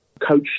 coach